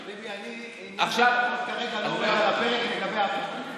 חביבי, אני, אני כרגע לא מתבטא כלפי אף אחד.